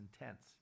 intense